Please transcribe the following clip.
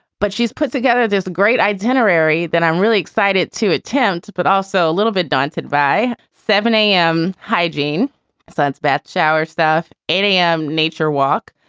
but she's put together this great itinerary that i'm really excited to attempt, but also a little bit daunted by seven a m. hygiene sans baths, shower stuff, eight a m. nature walk,